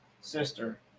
sister